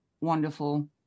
wonderful